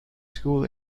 school